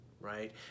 right